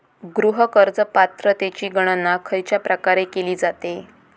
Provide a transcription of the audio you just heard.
गृह कर्ज पात्रतेची गणना खयच्या प्रकारे केली जाते?